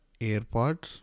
AirPods